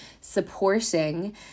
supporting